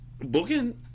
Booking